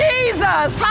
Jesus